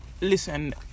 Listen